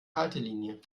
haltelinie